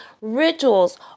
rituals